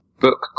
book